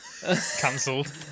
cancelled